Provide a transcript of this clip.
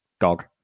GOG